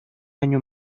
año